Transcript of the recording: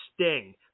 sting